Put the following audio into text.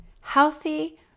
healthy